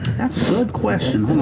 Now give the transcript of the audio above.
that's a good question.